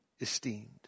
esteemed